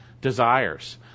desires